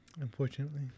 unfortunately